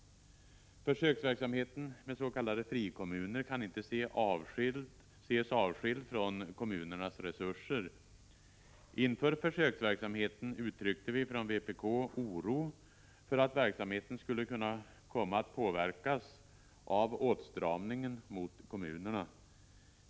Försöksverksamheten med s.k. frikommuner kan inte ses avskild från kommunernas resurser. Inför försöksverksamheten uttryckte vi från vpk oro för att verksamheten skulle kunna komma att påverkas av åtstramningen mot kommunerna.